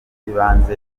z’ibanze